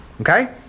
Okay